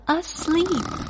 asleep